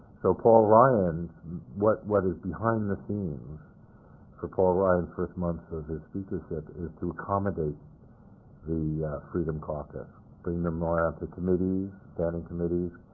so paul ryan's what what is behind the scenes for paul ryan's first months of his speakership is to accommodate the freedom caucus bring them around ah to committees, standing committees,